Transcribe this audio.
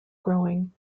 growing